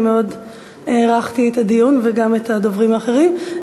אני מאוד הערכתי את הדיון, וגם את הדוברים האחרים.